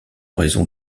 raison